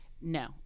no